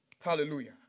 Hallelujah